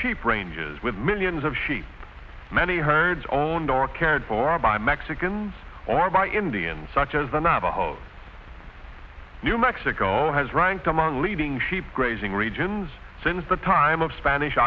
sheep ranges with millions of sheep many herds owned or cared for by mexicans or by indians such as the navajo new mexico has ranked among leading sheep grazing regions since the time of spanish